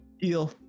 Deal